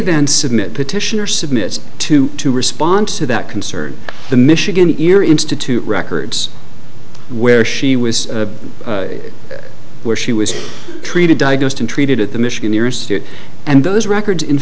then submit petitioner submit to to respond to that concern the michigan ear institute records where she was where she was treated diagnosed and treated at the michigan years and those records in